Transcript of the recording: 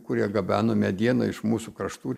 kurie gabeno medieną iš mūsų kraštų